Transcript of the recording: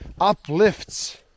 uplifts